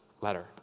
letter